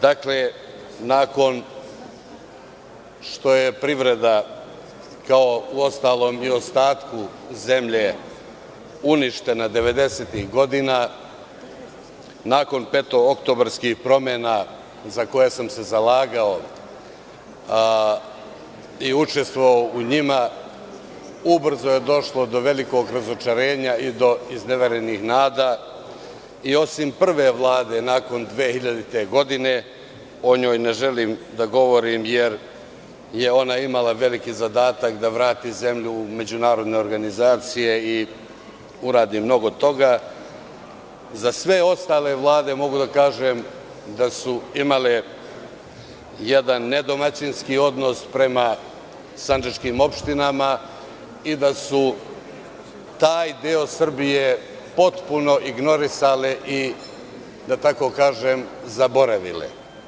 Dakle, nakon što je privreda, kao i ostatku zemlje uništena devedestih godina, nakon petooktobarskih promena za koje sam se zalagao i učestvovao u njima, ubrzo je došlo do velikog razočarenja i do izneverenih nada i osim prve Vlade nakon 2000. godine, o njoj ne želim da govorim jer je ona imala veliki zadatak, da vrati zemlju u međunarodneorganizacije i uradi mnogo toga, za sve ostale vlade mogu da kažem da su imale jedan nedomaćinski odnos prema sandžačkim opštinama i da su taj deo Srbije potpuno ignorisale i, da tako kažem, zaboravile.